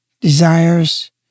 desires